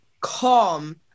calm